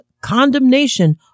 condemnation